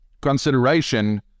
consideration